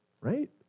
right